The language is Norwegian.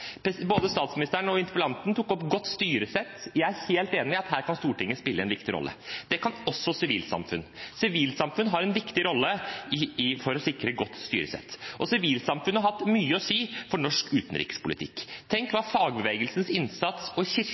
Både statsministeren og interpellanten tok opp godt styresett. Jeg er helt enig i at her kan Stortinget spille en viktig rolle. Det kan også sivilsamfunn. Sivilsamfunn har en viktig rolle for å sikre godt styresett, og sivilsamfunnet har hatt mye å si for norsk utenrikspolitikk. Tenk på hva fagbevegelsens innsats og